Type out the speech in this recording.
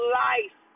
life